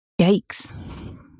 Yikes